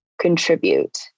contribute